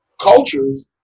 cultures